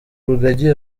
rugagi